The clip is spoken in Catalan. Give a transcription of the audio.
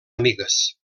amigues